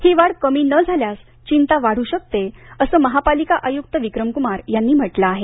ही वाढ कमी न झाल्यास चिंता वाढू शकते असं महापालिका आयूक्त विक्रमक्मार यांनी म्हटलं आहे